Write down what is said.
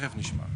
תכף נשמע.